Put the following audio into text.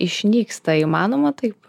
išnyksta įmanoma taip